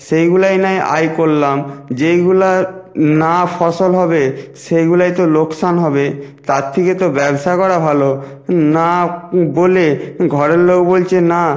সেইগুলোয় নয় আয় করলাম যেইগুলো না ফসল হবে সেইগুলোয় তো লোকসান হবে তার থেকে তো ব্যবসা করা ভালো না বলে ঘরের লোক বলছে না